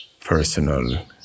personal